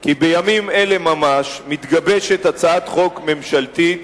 כי בימים אלה ממש מתגבשת הצעת חוק ממשלתית